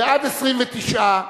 התש"ע 2010,